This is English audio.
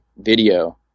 video